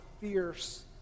fierce